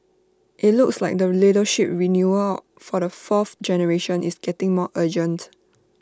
IT looks like the leadership renewal for the fourth generation is getting more urgent